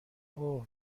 اوه